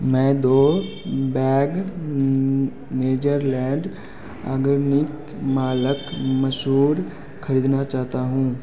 मैं दो bag natureland organic मालक मसूर खरीदना चाहता हूँ